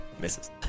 misses